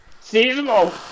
Seasonal